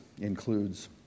includes